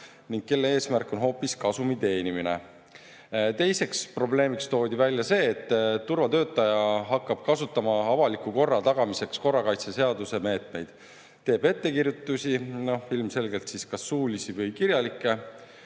ning kelle eesmärk on hoopis kasumi teenimine. Teise probleemina toodi välja see, et turvatöötaja hakkab kasutama avaliku korra tagamiseks korrakaitseseaduse meetmeid. Ta teeb ettekirjutusi – ilmselgelt kas suulisi või kirjalikke